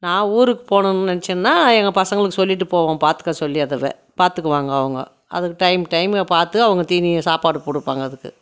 நான் ஊருக்கு போகணும்னு நினைச்சேன்னா எங்கள் பசங்களுக்கு சொல்லிட்டு போவோம் பார்த்துக்க சொல்லி அதுவ பார்த்துக்குவாங்க அவங்க அதுக்கு டைமுக்கு டைம் பார்த்து அவங்க தீனியை சாப்பாடு கொடுப்பாங்க அதுக்கு